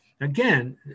Again